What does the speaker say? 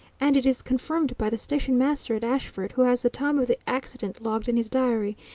and it is confirmed by the station master at ashford, who has the time of the accident logged in his diary,